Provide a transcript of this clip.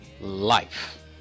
life